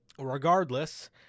regardless